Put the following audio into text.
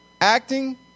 acting